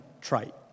trite